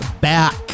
back